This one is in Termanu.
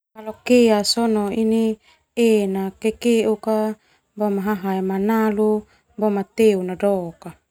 Kalp kea sona ini e na kakeuk ka boma hahae manalu boma teu na doka.